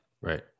right